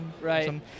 Right